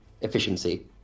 efficiency